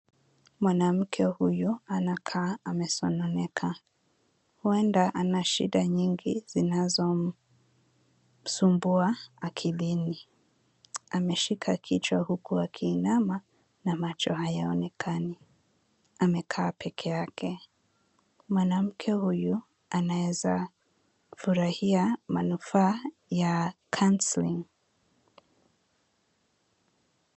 Mwanamke huyu anakaa amesononeka, huenda ana shida nyingi zinazomsumbua akilini. Ameshika kichwa huku akiinama na macho hayaonekani. Amekaa peke yake, mwanamke huyu anaeza furahia manufaa ya counselling .